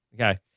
Okay